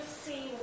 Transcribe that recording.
see